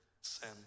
sin